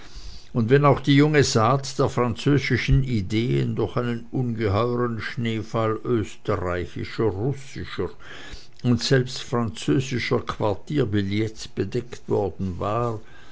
und wenn auch die junge saat der französischen ideen durch einen ungeheuern schneefall östreichischer russischer und selbst französischer quartierbilletts bedeckt worden war